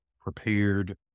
prepared